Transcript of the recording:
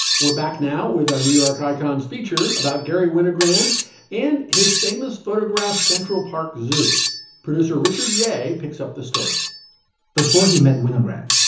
we're back now with our new york icons feature about garry winogrand and his famous photograph, central park zoo producer richard yei picks up the story before he met winogrand,